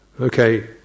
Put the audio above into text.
Okay